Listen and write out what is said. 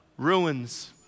ruins